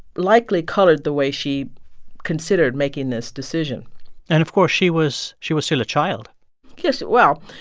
likely colored the way she considered making this decision and, of course, she was she was still a child yes. well,